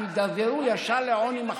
הם יידרדרו ישר לעוני מחפיר.